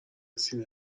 سینه